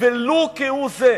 ולו כהוא-זה.